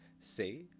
Say